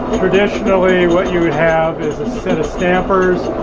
traditionally what you would have is a set of stampers,